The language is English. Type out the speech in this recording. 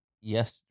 Yes